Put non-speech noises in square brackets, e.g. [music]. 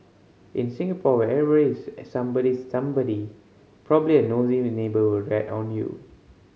in Singapore where every is [unintelligible] somebody's somebody probably a nosy [unintelligible] neighbour will rat on you